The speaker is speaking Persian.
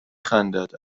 خندد